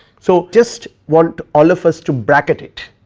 so, just want all of us to bracket it.